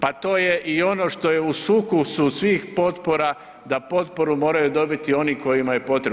Pa to je i ono što je u sukusu svih potpora da potporu moraju dobiti oni kojima je potrebno.